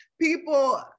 people